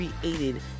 created